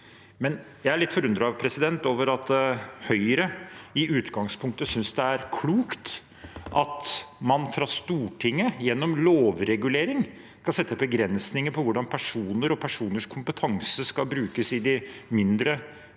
Jeg er litt forundret over at Høyre i utgangspunktet synes det er klokt at man fra Stortinget, gjennom lovregulering, skal sette begrensninger for hvordan personer og personers kompetanse skal brukes i de mindre